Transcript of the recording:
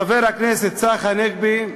חבר הכנסת צחי הנגבי,